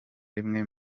rimwe